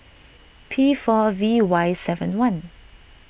P four V Y seven one